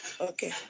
Okay